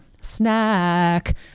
snack